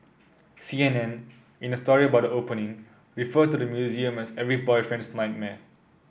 C N N in a story about the opening referred to the museum as every boyfriend's nightmare